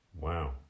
Wow